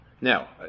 Now